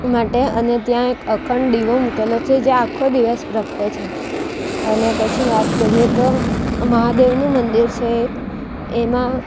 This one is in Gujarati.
માટે અને ત્યાં અખંડ દીવો મૂકેલો છે જે આખો દિવસ પ્રગટે છે અને પછી વાત કરીએ તો મહાદેવનું મંદિર છે એક એમાં